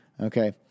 Okay